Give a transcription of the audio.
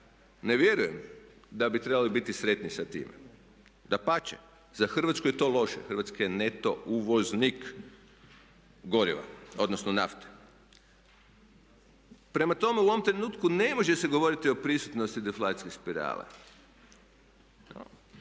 Ne vjerujem da bi trebali biti sretni sa time, dapače, za Hrvatsku je to loše, Hrvatska je neto uvoznik goriva odnosno nafte. Prema tome, u ovom trenutku ne može se govoriti o prisutnosti deflacijske spirale.